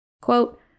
Quote